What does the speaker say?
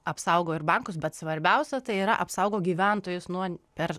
apsaugo ir bankus bet svarbiausia tai yra apsaugo gyventojus nuo per